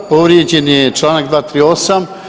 Povrijeđen je članak 238.